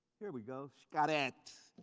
here we go, got it.